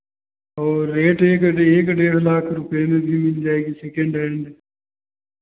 और रेट एक एक डेढ़ लाख रुपए में भी मिल जाएगी सेकेंड हैण्ड